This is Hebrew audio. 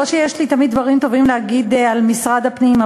לא שתמיד יש לי דברים טובים להגיד על משרד הפנים,